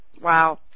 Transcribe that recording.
Wow